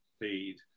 feed